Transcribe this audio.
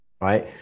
right